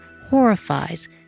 horrifies